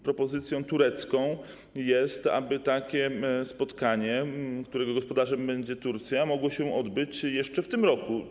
Propozycją turecką jest to, aby takie spotkanie, którego gospodarzem będzie Turcja, mogło się odbyć jeszcze w tym roku.